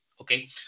okay